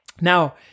Now